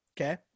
okay